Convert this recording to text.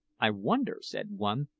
i wonder, said one,